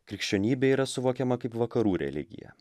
krikščionybė yra suvokiama kaip vakarų religija